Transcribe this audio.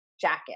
jacket